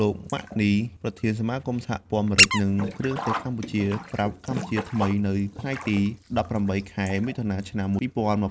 លោក ម៉ាក់ នី ប្រធានសមាគមសហព័ន្ធម្រេច និងគ្រឿងទេសកម្ពុជា ប្រាប់កម្ពុជាថ្មីនៅថ្ងៃទី ១៨ ខែមិថុនា ឆ្នាំ ២០២៥